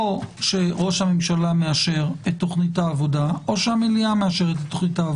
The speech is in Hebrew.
או ראש הממשלה מאשר את תוכנית העבודה או המליאה מאשרת אותה.